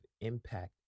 impact